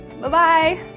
bye-bye